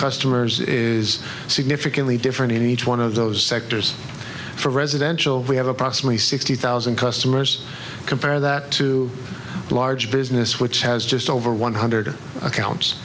customers is significantly different in each one of those sectors for residential we have approximately sixty thousand customers compare that to a large business which has just over one hundred accounts